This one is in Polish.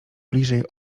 bliżej